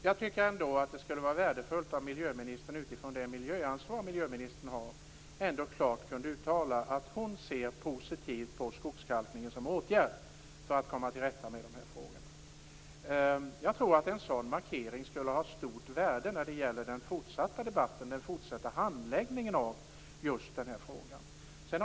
Det skulle ändå vara värdefullt om miljöministern utifrån det miljöansvar som hon har klart kunde uttala att hon ser positivt på skogskalkningen som åtgärd för att komma till rätta med de här frågorna. Jag tror att en sådan markering skulle ha stort värde när det gäller den fortsatta debatten om och den fortsatta handläggningen av just den här frågan.